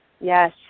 yes